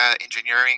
engineering